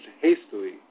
hastily